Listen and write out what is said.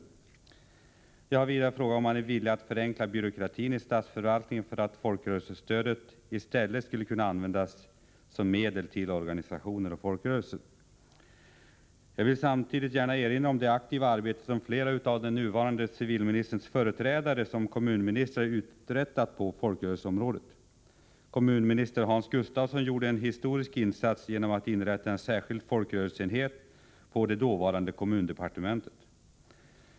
Vidare har jag frågat om civilministern är villig att förenkla byråkratin i statsförvaltningen så att folkrörelsestödet i stället kan användas som medel till organisationer och folkrörelser. Jag vill samtidigt gärna erinra om det aktiva arbete som flera av den nuvarande civilministerns företrädare som kommunministrar uträttat på folkrörelseområdet. Kommunminister Hans Gustafsson gjorde en historisk insats genom att inrätta en särskild folkrörelseenhet på det dåvarande kommundepartementet.